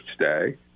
today